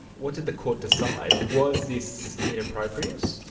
what did the court decide? was this inappropriate?